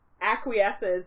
acquiesces